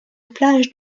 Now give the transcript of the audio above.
plage